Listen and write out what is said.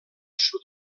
sud